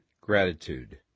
gratitude